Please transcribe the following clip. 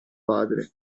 padre